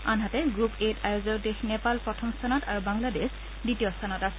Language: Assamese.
আনহাতে গ্ৰুপ এত আয়োজক দেশ নেপাল প্ৰথম স্থানত আৰু বাংলাদেশ দ্বিতীয় স্থানত আছে